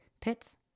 pits